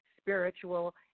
spiritual